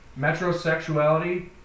metrosexuality